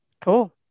Cool